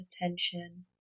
attention